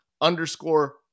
underscore